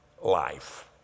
life